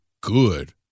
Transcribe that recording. good